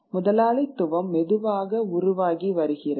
முதலாளித்துவம் மெதுவாக உருவாகி வருகிறது